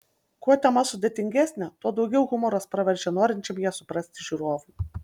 kuo tema sudėtingesnė tuo daugiau humoras praverčia norinčiam ją suprasti žiūrovui